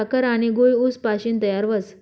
साखर आनी गूय ऊस पाशीन तयार व्हस